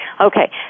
Okay